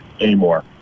anymore